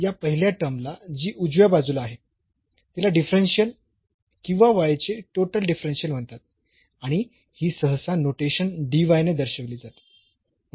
तर या पहिल्या टर्मला जी उजव्या बाजूला आहे तिला डिफरन्शियल किंवा y चे टोटल डिफरन्शियल म्हणतात आणि ही सहसा नोटेशन dy ने दर्शविली जाते